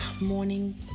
morning